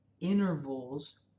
intervals